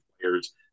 players